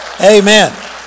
Amen